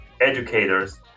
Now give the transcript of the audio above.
educators